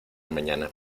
mañana